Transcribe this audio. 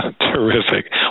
Terrific